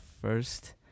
first